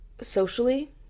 socially